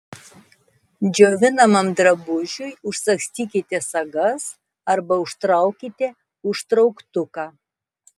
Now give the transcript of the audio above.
džiovinamam drabužiui užsagstykite sagas arba užtraukite užtrauktuką